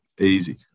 easy